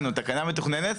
מתוכנן, או תקנה מתוכננת.